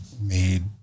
Made